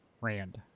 Rand